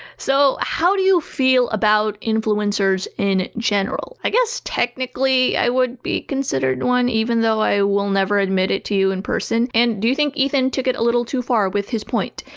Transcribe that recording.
so, how do you feel about influencers in general? i guess technically i would be considered one even though i will never admit it to you in person and do you think ethan took it a little too far with his point?